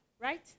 right